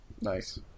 Nice